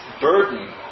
burden